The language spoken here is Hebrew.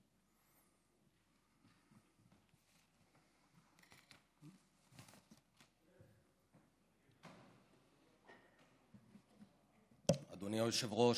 אדוני היושב-ראש,